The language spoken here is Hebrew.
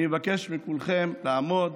אני מבקש מכולכם לעמוד.